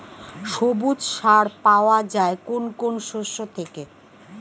সবুজ সার পাওয়া যায় কোন কোন শস্য থেকে?